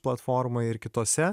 platformoj ir kitose